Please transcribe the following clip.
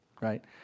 right